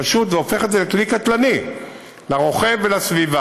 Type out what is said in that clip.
זה פשוט הופך את זה לכלי קטלני לרוכב ולסביבה.